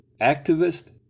activist